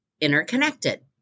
interconnected